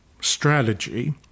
strategy